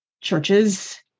churches